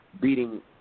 beating